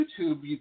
YouTube